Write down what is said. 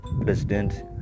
president